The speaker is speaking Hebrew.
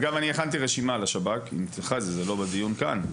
אגב, אני הכנתי רשימה לשב"כ, זה לא בדיון כאן.